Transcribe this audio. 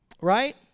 Right